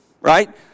right